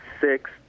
Six